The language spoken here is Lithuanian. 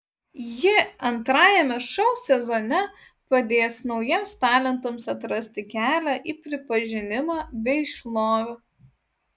ji antrajame šou sezone padės naujiems talentams atrasti kelią į pripažinimą bei šlovę